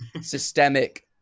systemic